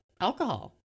alcohol